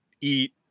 eat